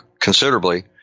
considerably